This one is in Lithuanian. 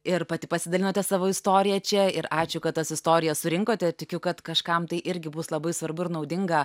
ir pati pasidalinote savo istorija čia ir ačiū kad tas istorijas surinkote tikiu kad kažkam tai irgi bus labai svarbu ir naudinga